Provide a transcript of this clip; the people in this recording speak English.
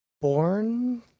born